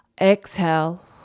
Exhale